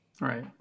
Right